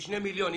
בשני מיליון,